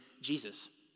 Jesus